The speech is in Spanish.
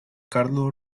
carlos